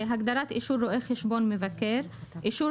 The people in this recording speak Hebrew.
הגדרת "אישור רואה חשבון מבקר" אישור